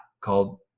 called